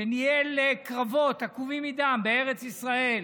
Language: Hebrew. שניהל קרבות עקובים מדם בארץ ישראל,